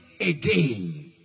again